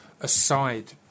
aside